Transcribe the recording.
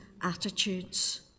attitudes